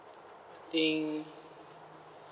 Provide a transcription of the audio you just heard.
I think